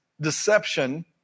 deception